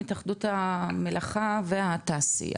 התאחדות המלאכה והתעשייה.